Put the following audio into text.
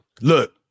look